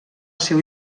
seu